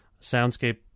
soundscape